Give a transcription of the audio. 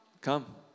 come